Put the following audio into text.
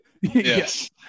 Yes